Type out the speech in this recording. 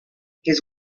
his